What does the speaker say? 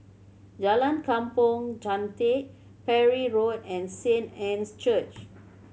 Jalan Kampong Chantek Parry Road and Saint Anne's Church